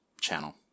channel